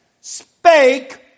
spake